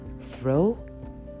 throw